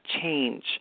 change